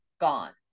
gone